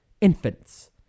infants